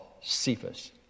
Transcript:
Cephas